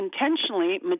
intentionally